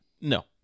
No